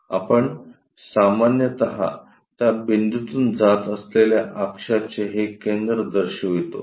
आपण सामान्यत त्या बिंदूतून जात असलेल्या अक्षाचे हे केंद्र दर्शवितो